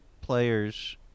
players